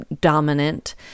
dominant